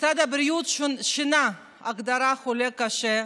משרד הבריאות שינה לאחרונה את ההגדרה "חולה קשה",